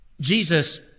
Jesus